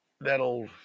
That'll